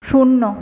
শূন্য